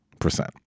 percent